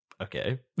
Okay